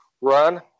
run